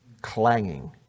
clanging